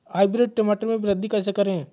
Hybrid टमाटर में वृद्धि कैसे करें?